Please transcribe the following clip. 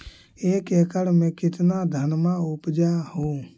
एक एकड़ मे कितना धनमा उपजा हू?